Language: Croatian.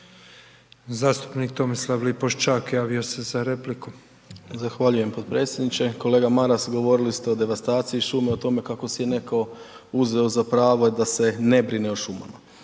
Zastupnik Tomislav Lipošćak javio se za repliku. **Lipošćak, Tomislav (HDZ)** Zahvaljujem potpredsjedniče. Kolega Maras, govorili ste o devastaciji šume, o tome kako si je netko uzeo za pravo da se ne brine o šumama.